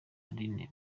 aline